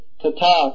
tata